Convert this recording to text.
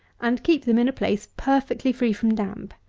and keep them in a place perfectly free from damp.